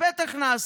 הרשויות: בטח נעשה,